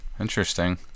Interesting